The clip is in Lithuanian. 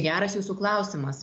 geras jūsų klausimas